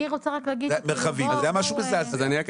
אז אני רק